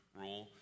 rule